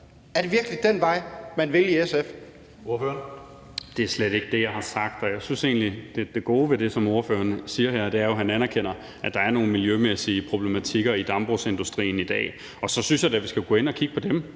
er slet ikke det, jeg har sagt, og jeg synes egentlig, at det gode ved det, som ordføreren siger her, jo er, at han anerkender, at der er nogle miljømæssige problematikker i dambrugsindustrien i dag. Og så synes jeg da, vi skal gå ind at kigge på dem.